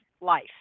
life